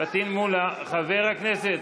פטין מולא, חבר הכנסת.